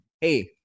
Hey